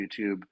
YouTube